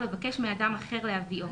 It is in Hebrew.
לבקש מאדם אחר להביאו.